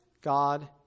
God